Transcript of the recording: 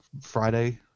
Friday